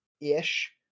ish